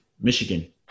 Michigan